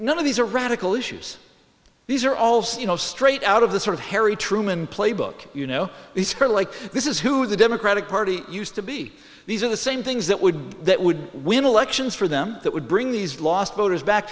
none of these are radical issues these are all so you know straight out of the sort of harry truman playbook you know the script like this is who the democratic party used to be these are the same things that would be that would win elections for them that would bring these last voters back